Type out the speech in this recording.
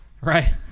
Right